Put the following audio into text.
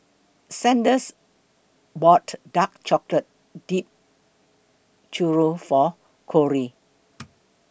Sanders bought Dark Chocolate Dipped Churro For Cory